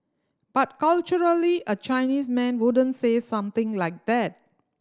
but culturally a Chinese man wouldn't say something like that